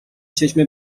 چشم